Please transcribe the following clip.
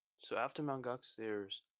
so after mount gox there is,